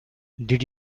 did